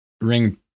ring